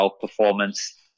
performance